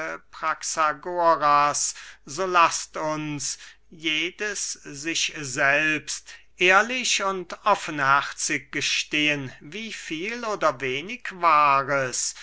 praxagoras so laßt uns jedes sich selbst ehrlich und offenherzig gestehen wie viel oder wenig wahres